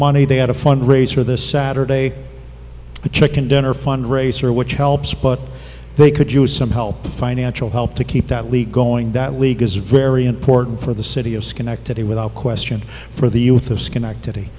money they had a fundraiser this saturday a chicken dinner fundraiser which helps but they could use some help financial help to keep that league going that league is very important for the city of schenectady without question for the youth of schenectady